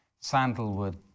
sandalwood